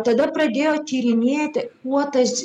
tada pradėjo tyrinėti kuo tas